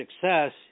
success